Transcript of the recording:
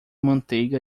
manteiga